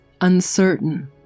uncertain